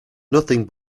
nothing